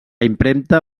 impremta